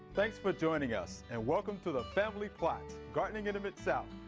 thanks for joining us and welcome to the family plot gardening in the mid-south.